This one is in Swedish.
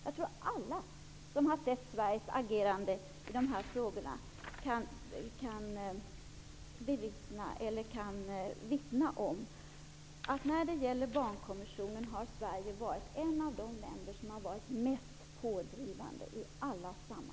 Jag tror att alla som har sett Sveriges agerande kan vittna om att Sverige i alla sammanhang har varit ett av de mest pådrivande länderna.